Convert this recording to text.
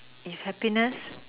is happiness